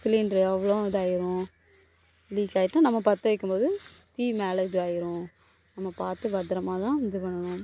cylinder அவ்வளவும் இதாயிரும் leak ஆயிட்டுனா நம்ம பற்ற வைக்கும் போது தீ மேலே இதுவாயிரும் நம்ம பார்த்து பத்தரமாக தான் இது பண்ணணும்